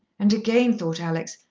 and again, thought alex,